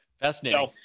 Fascinating